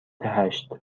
هشت